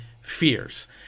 fears